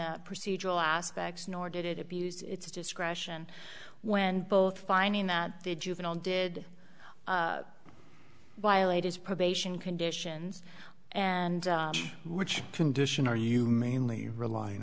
the procedural aspects nor did it abused its discretion when both finding that the juvenile did violate his probation conditions and which condition are you mainly relying